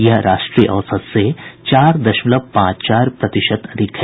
यह राष्ट्रीय औसत से चार दशमलव पांच चार प्रतिशत अधिक है